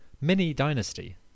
mini-dynasty